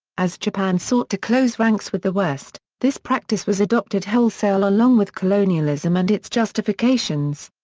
as japan sought to close ranks with the west, this practice was adopted wholesale along with colonialism and its justifications.